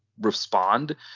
respond